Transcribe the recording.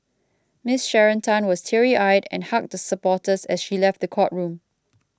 Miss Sharon Tan was teary eyed and hugged supporters as she left the courtroom